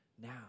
now